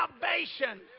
salvation